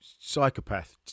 psychopath